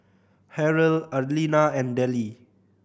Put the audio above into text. Harrell Arlena and Dellie